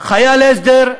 חייל הסדר,